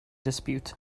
dispute